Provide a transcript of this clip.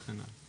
וכן הלאה.